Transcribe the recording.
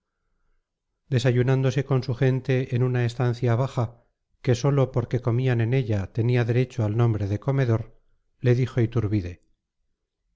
desayunándose con su gente en una estancia baja que sólo porque comían en ella tenía derecho al nombre de comedor le dijo iturbide